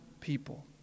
people